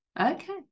okay